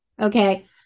Okay